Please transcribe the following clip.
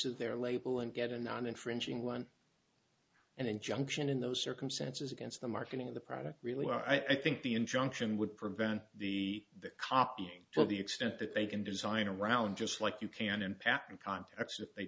of their label and get a non infringing one and injunction in those circumstances against the marketing of the product really i think the injunction would prevent the copying to the extent that they can design around just like you can in patent context th